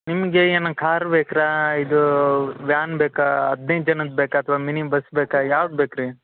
ನಿಮಗೆ ಏನು ಕಾರ್ ಬೇಕ್ರಾ ಇದು ವ್ಯಾನ್ ಬೇಕಾ ಹದಿನೈದು ಜನದ್ದು ಬೇಕಾ ಅಥ್ವ ಮಿನಿ ಬಸ್ ಬೇಕಾ ಯಾವ್ದು ಬೇಕ್ರೀ